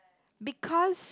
because